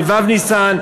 בו' בניסן,